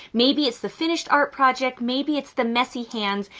maybe it's the finished art project. maybe it's the messy hands.